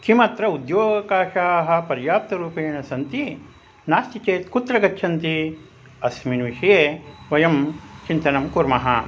किमत्र उद्योगावशाः पर्याप्तरूपेण सन्ति नास्ति चेत् कुत्र गच्छन्ति अस्मिन् विषये वयं चिन्तनं कुर्मः